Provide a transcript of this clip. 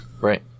Right